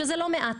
שזה לא מעט,